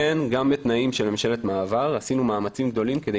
גם בתנאים של ממשלת מעבר עשינו מאמצים גדולים כדי